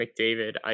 McDavid